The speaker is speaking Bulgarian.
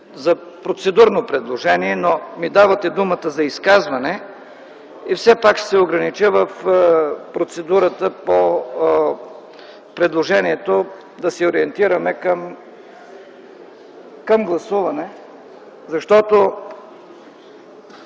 за процедурно предложение, но ми давате думата за изказване и ще се огранича в процедурата по предложението да се ориентираме към гласуване.